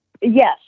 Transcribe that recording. yes